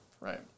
Right